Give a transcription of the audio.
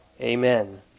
Amen